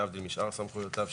להבדיל משאר סמכויותיו,